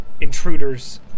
intruders